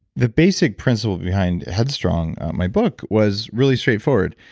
the basic principle behind headstrong, my book, was really straightforward.